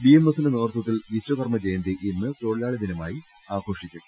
BMS ന്റെ നേതൃത്വത്തിൽ വിശ്വകർമ്മ ജയന്തി ഇന്ന് തൊഴിലാളി ദിനമായി ആഘോഷിക്കും